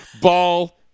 Ball